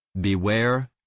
Beware